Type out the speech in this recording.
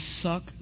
suck